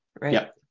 Right